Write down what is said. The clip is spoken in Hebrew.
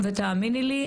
ותאמיני לי,